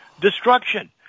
destruction